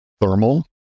thermal